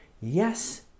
yes